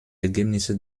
ergebnisse